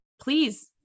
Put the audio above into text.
please